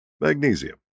magnesium